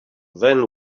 then